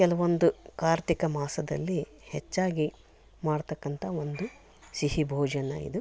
ಕೆಲವೊಂದು ಕಾರ್ತಿಕ ಮಾಸದಲ್ಲಿ ಹೆಚ್ಚಾಗಿ ಮಾಡತಕ್ಕಂಥ ಒಂದು ಸಿಹಿ ಭೋಜನ ಇದು